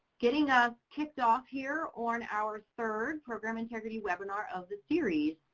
getting us kicked off here on our third program integrity webinar of the series.